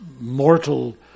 mortal